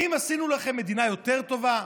האם עשינו לכם מדינה יותר טובה?